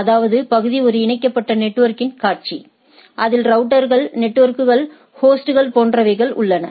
அதாவது பகுதி ஒரு இணைக்கப்பட்ட நெட்வொர்க்கின் காட்சி அதில் ரவுட்டர்கள் நெட்வொர்க்குகள் ஹோஸ்ட்கள் போன்றவைகள் உள்ளன